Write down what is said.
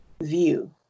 view